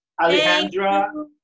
Alejandra